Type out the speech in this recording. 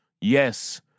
Yes